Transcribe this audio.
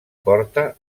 porta